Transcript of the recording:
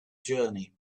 journey